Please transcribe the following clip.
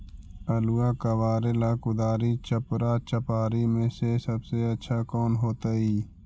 आलुआ कबारेला कुदारी, चपरा, चपारी में से सबसे अच्छा कौन होतई?